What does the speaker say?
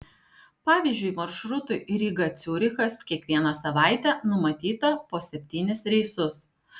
pavyzdžiui maršrutui ryga ciurichas kiekvieną savaitę numatyta po septynis reisus